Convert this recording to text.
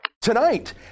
Tonight